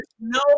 no